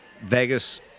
Vegas